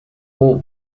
all